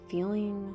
Feeling